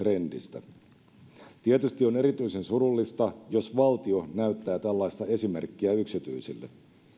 trendistä tietysti on erityisen surullista jos valtio näyttää tällaista esimerkkiä yksityisille